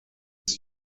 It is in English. his